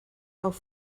auf